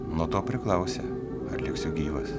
nuo to priklausė ar liksiu gyvas